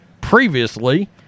previously